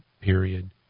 period